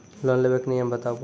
Loan लेबे के नियम बताबू?